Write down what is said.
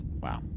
Wow